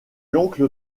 l’oncle